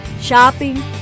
shopping